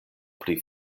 pri